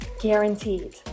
Guaranteed